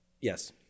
Yes